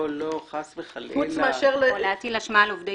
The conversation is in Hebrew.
חס וחלילה --- או להטיל אשמה על עובדי